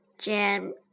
jam